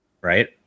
right